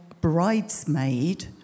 bridesmaid